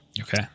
Okay